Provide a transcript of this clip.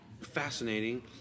fascinating